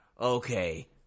okay